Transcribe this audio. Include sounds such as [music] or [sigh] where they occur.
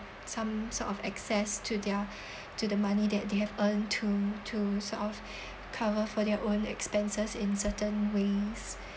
some sort of access to their [breath] to the money that they have earned to to sort of [breath] cover for their own expenses in certain ways